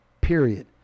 Period